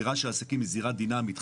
הזירה של עסקים היא זירה דינמית.